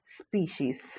species